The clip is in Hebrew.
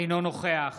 אינו נוכח